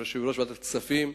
יושב-ראש ועדת הכספים.